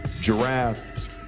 giraffes